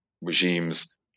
regimes